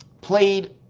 played